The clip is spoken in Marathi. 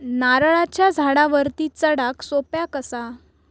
नारळाच्या झाडावरती चडाक सोप्या कसा?